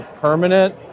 permanent